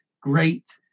great